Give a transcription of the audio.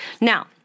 Now